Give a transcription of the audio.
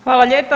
Hvala lijepa.